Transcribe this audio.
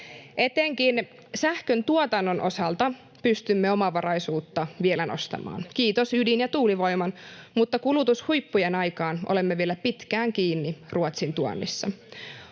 Etenkin sähköntuotannon osalta pystymme omavaraisuutta vielä nostamaan, kiitos ydin- ja tuulivoiman, mutta kulutushuippujen aikaan olemme vielä pitkään kiinni Ruotsin tuonnissa.